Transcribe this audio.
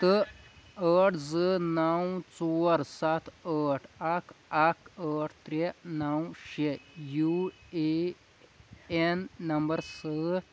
تہٕ ٲٹھ زٕ نَو ژور سَتھ ٲٹھ اَکھ اَکھ ٲٹھ ترٛےٚ نَو شےٚ یوٗ اےٚ این نَمبر سٍتۍ